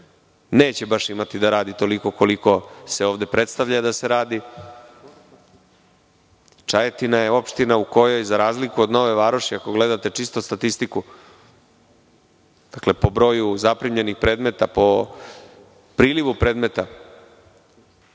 neće baš imati da radi toliko koliko se ovde predstavlja da se radi. Čajetina je opština u kojoj, za razliku od Nove Varoši, ako gledate čistu statistiku, po broju zaprimljenih predmeta, po prilivu predmeta,